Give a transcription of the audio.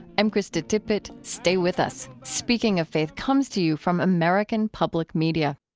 i'm krista tippett. stay with us. speaking of faith comes to you from american public media